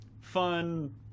fun